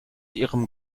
ihrem